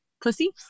pussy